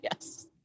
Yes